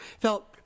felt